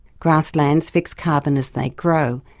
grasslands fix carbon as they grow,